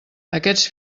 aquests